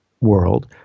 world